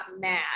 mad